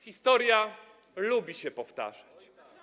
Historia lubi się powtarzać.